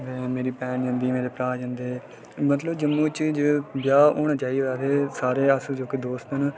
मेरी भैन जंदी मेरे भ्राऽ जंदे मतलब जम्मू च ब्याह् होना चाहिदा ते सारे अस जेह्के दोस्त न